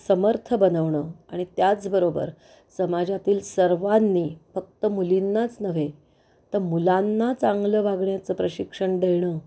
समर्थ बनवणं आणि त्याचबरोबर समाजातील सर्वांनी फक्त मुलींनाच नव्हे तर मुलांना चांगलं वागण्याचं प्रशिक्षण देणं